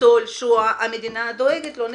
לניצול שואה המדינה דואגת, נקודה.